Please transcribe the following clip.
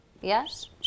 yes